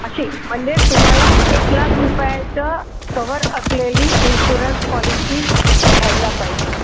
अशी म्हणजे तुम्हाला एक लाख रुपयाचं कव्हर असलेली इन्शुरन्स पॉलिसी घ्यायला पाहिजे